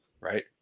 right